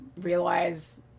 realize